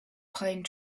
pine